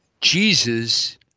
Jesus